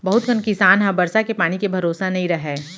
बहुत कन किसान ह बरसा के पानी के भरोसा नइ रहय